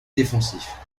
défensif